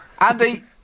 Andy